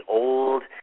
old